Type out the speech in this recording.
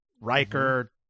Riker